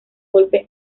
golpe